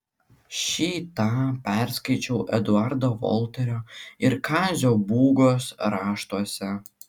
šį tą perskaičiau eduardo volterio ir kazio būgos raštuose